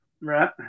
right